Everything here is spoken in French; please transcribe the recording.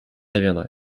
reviendrai